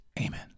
amen